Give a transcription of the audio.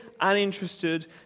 uninterested